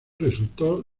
resultó